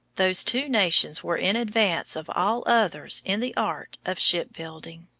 those two nations were in advance of all others in the art of shipbuilding.